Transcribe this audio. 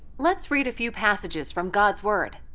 let's read a few passages from god's word.